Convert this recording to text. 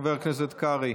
חבר הכנסת קרעי,